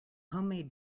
homemade